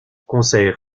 concerts